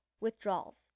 Withdrawals